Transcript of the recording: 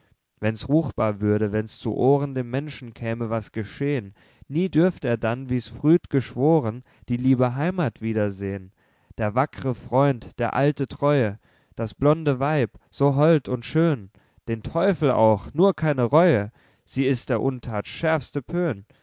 wenn's ruchbar würde wenn's zu ohren den menschen käme was geschehn nie dürft er dann wie's früd geschworen die liebe heimat wiedersehn der wackre freund der alte treue das blonde weib so hold und schön den teufel auch nur keine reue sie ist der unthat schärfste